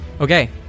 Okay